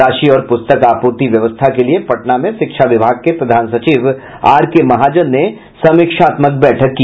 राशि और पुस्तक आपूर्ति व्यवस्था के लिये पटना में शिक्षा विभाग के प्रधान सचिव आर के महाजन ने समीक्षात्मक बैठक की